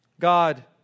God